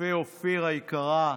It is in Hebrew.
רופא אופיר היקרה,